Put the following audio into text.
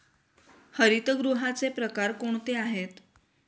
हरितगृहाचे प्रकार कोणते आहेत?